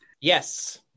Yes